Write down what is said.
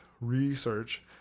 research